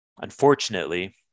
unfortunately